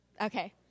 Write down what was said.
Okay